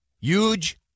huge